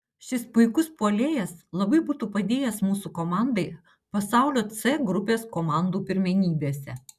šis puikus puolėjas labai būtų padėjęs mūsų komandai pasaulio c grupės komandų pirmenybėse